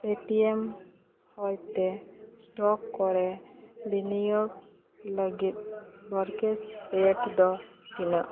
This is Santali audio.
ᱯᱮ ᱴᱤ ᱮᱢ ᱦᱚᱭᱛᱮ ᱥᱴᱚᱠ ᱠᱚ ᱨᱮ ᱵᱤᱱᱤᱭᱳᱜᱽ ᱞᱟᱜᱤᱫ ᱵᱨᱚᱠᱮᱡᱽ ᱨᱮᱴ ᱫᱚ ᱛᱤᱱᱟᱹᱜ